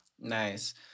nice